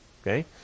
Okay